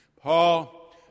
Paul